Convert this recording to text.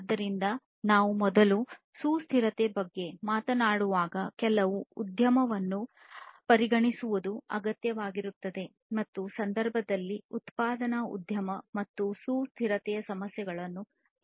ಆದ್ದರಿಂದ ನಾವು ಮೊದಲು ಸುಸ್ಥಿರತೆಯ ಬಗ್ಗೆ ಮಾತನಾಡುವಾಗ ಕೆಲವು ಉದ್ಯಮವನ್ನು ಈ ಸಂದರ್ಭದಲ್ಲಿ ಪರಿಗಣಿಸಿ ಸ್ಥಿರತೆಯ ಸಮಸ್ಯೆಗಳನ್ನು ನಿರ್ಣಯಿಸುವುದು ಅಗತ್ಯವಾಗಿರುತ್ತದೆ